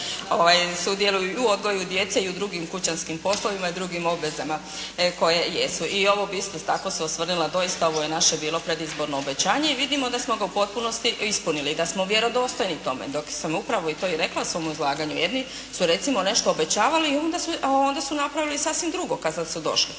u odgoju djece i u drugim kućanskim poslovima i drugim obvezama koje jesu. I ovo bi isto tako se osvrnula doista ovo je naše bilo predizborno obećanje i vidimo da smo ga u potpunosti ispunili i da smo vjerodostojni tome. Dok sam upravo to i rekla u svome izlaganju. Jedni su recimo nešto obećavali, a onda su napravili sasvim drugo kada su došli.